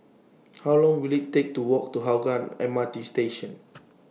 How Long Will IT Take to Walk to Hougang M R T Station